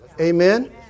Amen